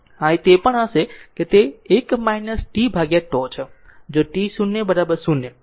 અહીં તે પણ હશે કે તે 1 tτ છે જો t0 0